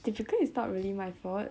typically is not really my fault